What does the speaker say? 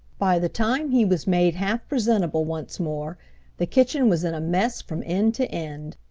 by the time he was made half presentable once more the kitchen was in a mess from end to end.